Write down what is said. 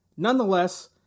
Nonetheless